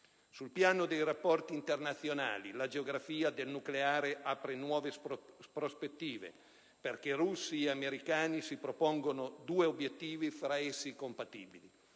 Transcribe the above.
Sul piano dei rapporti internazionali, la geografia del nucleare apre nuove prospettive perché russi e americani si propongono due obiettivi fra essi compatibili.